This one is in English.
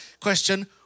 question